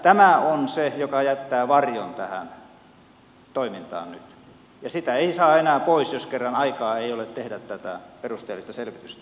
tämä on se joka jättää varjon tähän toimintaan nyt ja sitä ei saa enää pois jos kerran aikaa ei ole tehdä tätä perusteellista selvitystä